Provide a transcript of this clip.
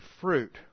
fruit